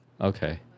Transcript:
Okay